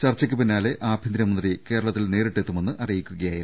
ചർച്ചക്ക് പിന്നാലെ ആഭ്യന്തര മന്ത്രി കേരളത്തിൽ നേരിട്ടെത്തു മെന്ന് അറിയിക്കുകയായിരുന്നു